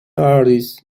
artist